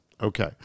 Okay